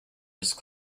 just